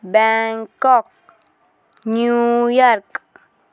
Bangkok New York